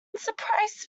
surprise